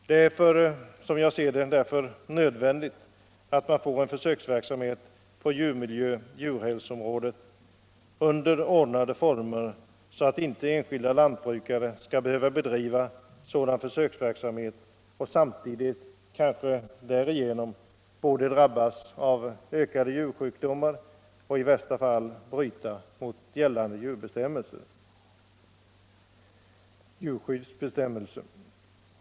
Det är därför nödvändigt att man får en försöksverksamhet på djurmiljö-djurhälsoområdet under ordnade former, så att inte enskilda lantbrukare skall behöva bedriva sådan försöksverksamhet och samtidigt kanske därigenom både råka ut för ökade djursjukdomar och i värsta fall bryta mot gällande djurskyddsbestämmelser.